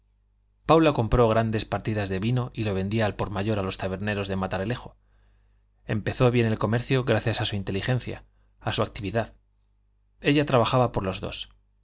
paula compró grandes partidas de vino y lo vendía al por mayor a los taberneros de matalerejo empezó bien el comercio gracias a su inteligencia a su actividad ella trabajaba por los dos